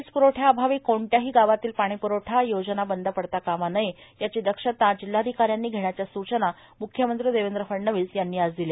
वीज प्रवठ्याअभावी कोणत्याही गावातील पाणीप्रवठा योजना बंद पडता कामा नये याची दक्षता जिल्हाधिकाऱ्यांनी घेण्याच्या सूचना मुख्यमंत्री देवेंद्र फडणवीस यांनी आज दिल्या